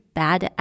bad